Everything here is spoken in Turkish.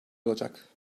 olacak